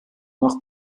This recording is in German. nach